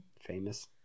Famous